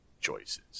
choices